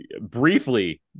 Briefly